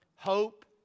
Hope